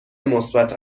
مثبت